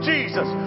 Jesus